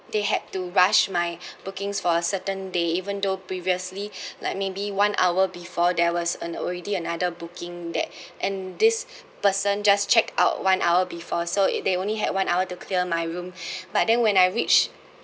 they had to rush my bookings for a certain day even though previously like maybe one hour before there was an already another booking that and this person just check out one hour before so it they only had one hour to clear my room but then when I reach